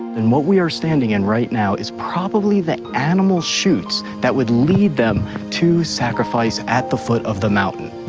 and what we are standing in right now is probably the animal chutes that would lead them to sacrifice at the foot of the mountain.